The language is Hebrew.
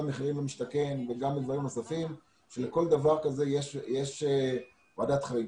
גם מחיר למשתכן וגם דברים נוספים ולכל דבר כזה יש ועדת חריגים.